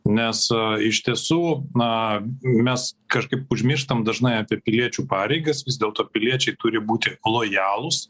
nes iš tiesų na mes kažkaip užmirštam dažnai apie piliečių pareigas vis dėlto piliečiai turi būti lojalūs